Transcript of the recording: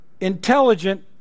intelligent